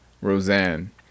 Roseanne